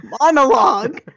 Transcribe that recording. monologue